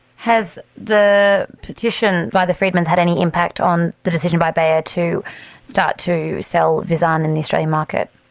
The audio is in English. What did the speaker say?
has the petition by the freedmans had any impact on the decision by bayer to start to sell visanne in the australian market?